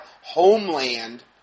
homeland